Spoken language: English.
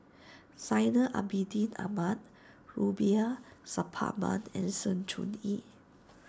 Zainal Abidin Ahmad Rubiah Suparman and Sng Choon Yee